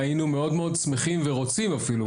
היינו מאוד מאוד שמחים ורוצים אפילו,